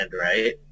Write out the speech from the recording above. right